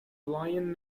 lion